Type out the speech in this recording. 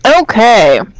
Okay